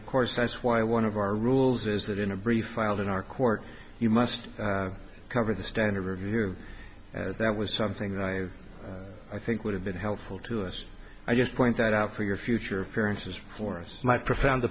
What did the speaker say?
of course that's why one of our rules is that in a brief filed in our court you must cover the standard review that was something that i i think would have been helpful to us i just point that out for your future appearances for us my profound